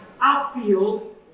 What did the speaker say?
outfield